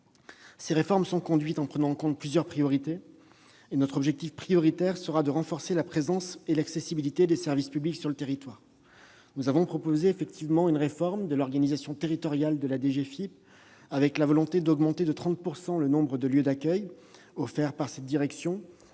Ces réformes sont conduites en prenant en compte plusieurs priorités. Notre objectif premier sera de renforcer la présence et l'accessibilité des services publics sur le territoire. Nous avons proposé une réforme de l'organisation territoriale de la DGFiP, avec la volonté d'augmenter de 30 % le nombre de lieux d'accueil offerts par cette direction.